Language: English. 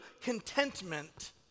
contentment